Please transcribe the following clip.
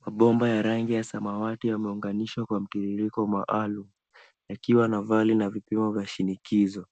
Mabomba ya rangi ya samawati yameunganishwa kwa mtiririko maalum yakiwa na vali na vipimo vya shinikizo.